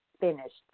finished